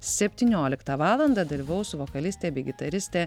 septynioliktą valandą dalyvaus vokalistė bei gitaristė